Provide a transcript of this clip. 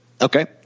Okay